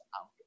out